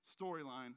storyline